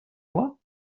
moi